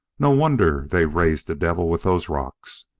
no wonder they raised the devil with those rocks!